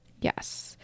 Yes